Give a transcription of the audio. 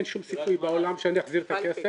אין שום סיכוי בעולם שאני אחזיר את הכסף.